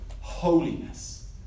holiness